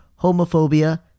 homophobia